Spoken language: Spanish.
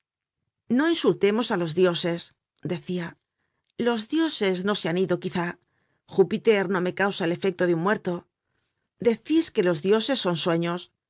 no insultemos á los dioses decia los dioses no se han ido quizá júpiter no me causa el efecto de un muerto decís que los dioses son sueños